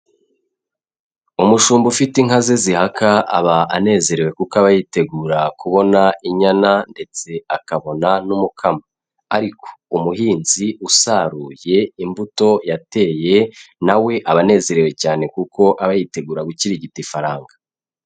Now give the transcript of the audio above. Umushumba ufite inka ze zihaka aba anezerewe kuko aba yitegura kubona inyana ndetse akabona n'umukamo. Ariko umuhinzi usaruye imbuto yateye, na we abanezerewe cyane kuko aba yitegura gukirigita ifaranga.